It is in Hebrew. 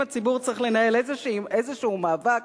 אם הציבור צריך לנהל איזשהו מאבק,